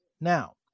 Now